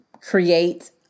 create